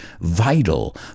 vital